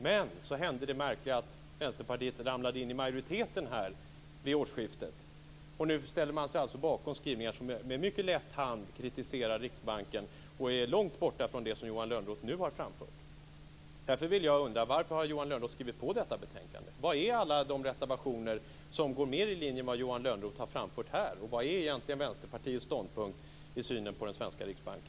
Men så hände det märkliga att Vänsterpartiet ramlade in i majoriteten vid årsskiftet, och nu ställer man sig alltså bakom skrivningar som med mycket lätt hand kritiserar Riksbanken och är långt borta från det som Johan Lönnroth nu har framfört. Därför undrar jag varför Johan Lönnroth har skrivit på detta betänkande. Var är alla de reservationer som går mer i linje med vad Johan Lönnroth har framfört här? Och vad är egentligen Vänsterpartiets ståndpunkt i synen på den svenska Riksbanken?